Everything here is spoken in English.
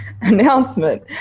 announcement